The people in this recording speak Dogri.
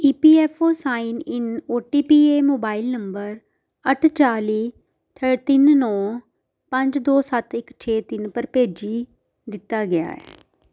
ईपीऐफ्फओ साइन इन ओटीपी ऐ मोबाइल नंबर अट्ठ चाली तिन नो पंज दो सत्त इक छे तिन पर भेजी दित्ता गेआ ऐ